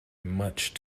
much